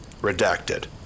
Redacted